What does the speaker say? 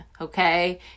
Okay